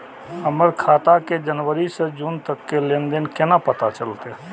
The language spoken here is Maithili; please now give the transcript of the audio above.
हमर खाता के जनवरी से जून तक के लेन देन केना पता चलते?